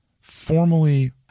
formally